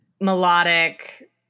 melodic